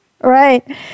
Right